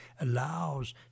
allows